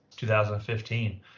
2015